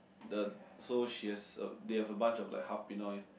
the so she has they have a bunch of like half pinoy